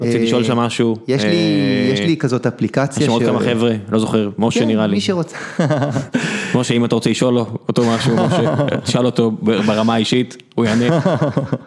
רציתי לשאול שם משהו, יש לי, יש לי כזאת אפליקציה, את שומעות כמה חבר'ה? לא זוכר, משה נראה לי, כן, מי שרוצה, משה, אם אתה רוצה לשאול אותו משהו, משה, שאל אותו ברמה האישית, הוא יענה.